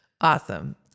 awesome